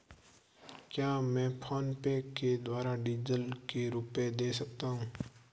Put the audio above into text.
क्या मैं फोनपे के द्वारा डीज़ल के रुपए दे सकता हूं?